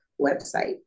website